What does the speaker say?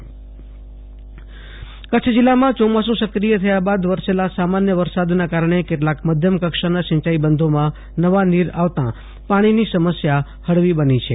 આશુતોષ અંતાણી કચ્છ ડેમોમાં નવા નીર કચ્છ જીલ્લામાં ચોમાસું સક્રિય થયા બાદ વરસેલા સામાન્ય વરસાદના કારણે કેટલાક માધ્યમ કક્ષાના સિંચાઈ બંધોમાં નવાં નીર આવતાં પાણીની સમસ્યા હળવી બની છે